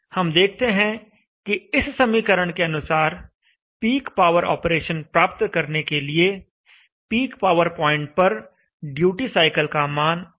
हम देखते हैं कि इस समीकरण के अनुसार पीक पावर ऑपरेशन प्राप्त करने के लिए पीक पावर पॉइंट पर ड्यूटी साईकिल का मान 072 है